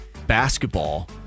basketball